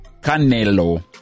Canelo